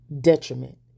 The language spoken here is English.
detriment